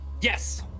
yes